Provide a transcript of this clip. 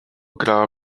gra